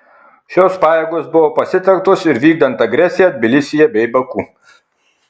šios pajėgos buvo pasitelktos ir vykdant agresiją tbilisyje bei baku